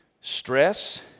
Stress